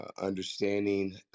understanding